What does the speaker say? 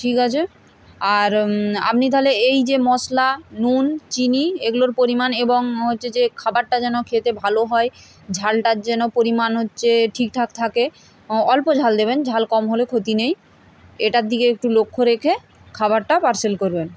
ঠিক আছে আর আপনি তাহলে এই যে মশলা নুন চিনি এগুলোর পরিমাণ এবং হচ্ছে যে খাবারটা যেন খেতে ভালো হয় ঝালটার যেন পরিমাণ হচ্ছে ঠিক ঠাক থাকে অল্প ঝাল দেবেন ঝাল কম হলে ক্ষতি নেই এটার দিকে একটু লক্ষ্য রেখে খাবারটা পার্সেল করবেন